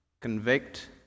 convict